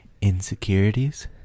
Insecurities